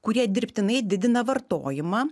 kurie dirbtinai didina vartojimą